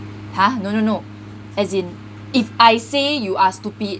!huh! no no no as in if I say you are stupid